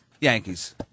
Yankees